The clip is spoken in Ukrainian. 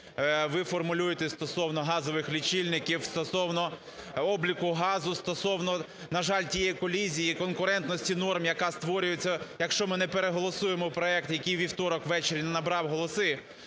ви формулюєте стосовно газових лічильників, стосовно обліку газу, стосовно, на жаль, тієї колізії іконкурентності норм, яка створюється, якщо ми не переголосуємо проект, який у вівторок в вечорі не набрав голоси.